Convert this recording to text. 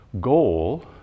goal